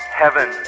heaven